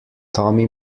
tommy